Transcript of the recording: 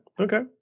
okay